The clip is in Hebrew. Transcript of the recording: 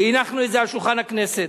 והנחנו את זה על שולחן הכנסת,